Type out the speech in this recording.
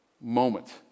moment